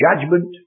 judgment